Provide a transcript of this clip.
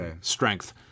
strength